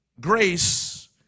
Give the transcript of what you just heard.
Grace